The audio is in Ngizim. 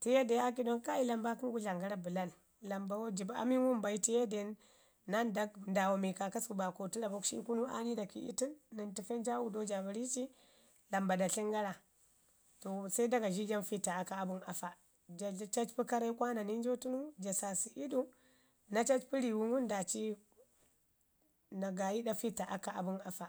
Tiye deu aa kiiɗau nəni “kai lamba kəm gu dlamən gara bəlan". Lambau jibu amai ngum bai, tiye den naa ndak ndaawa mii kaakasku baakotu rabok shi ii kunu aa ni da ki'i təni nən təfen jaa wudau nda barici, lamba da tlən gara. To se da gazhi jan fiito aƙa abən afa, ja cacpu karre kwananin ja tənu ja sasəic du, no cacpu riiwun ngum daaci na gaayi iiɗa fiita abən afa